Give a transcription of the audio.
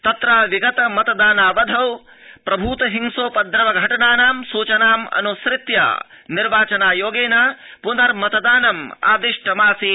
तत्र विगत मतदानावधौ प्रभ्त हिंसोपद्रव घटनानां सूचनामन्सृत्य निर्वाचनायोगेन प्नर्मतदानमादिष्टम् आसीत्